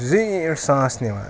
زیٖٹھ ساس نِوان